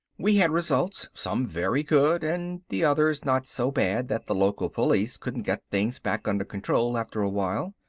we had results, some very good, and the others not so bad that the local police couldn't get things back under control after a while.